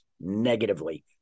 negatively